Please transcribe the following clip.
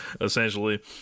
essentially